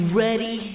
ready